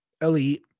elite